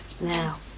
now